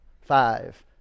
five